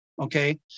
okay